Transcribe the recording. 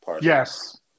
Yes